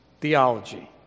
theology